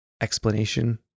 explanation